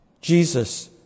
Jesus